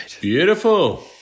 Beautiful